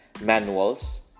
manuals